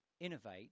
innovate